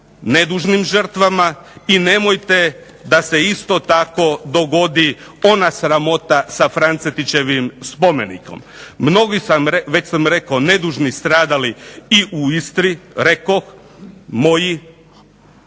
nedužnim žrtvama i nemojte da se isto tako dogodi ona sramota sa Francetićevim spomenikom. Mnogi su, već sam rekao, nedužni stradali i u Istri rekoh moji.